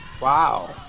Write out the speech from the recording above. Wow